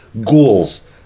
ghouls